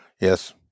Yes